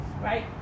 right